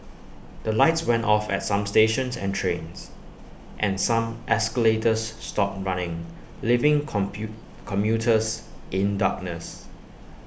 the lights went off at some stations and trains and some escalators stopped running leaving compute commuters in darkness